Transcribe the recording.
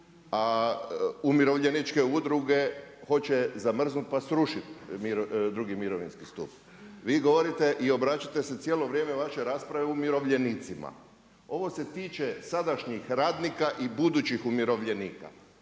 a umirovljeničke udruge hoće zamrznuti pa srušiti drugi mirovinski sup. Vi govorite i obraćate se cijelo vrijeme u vašoj raspravi umirovljenicima. Ovo se tiče sadašnjih radnika i budućih umirovljenika.